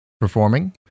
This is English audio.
performing